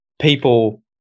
people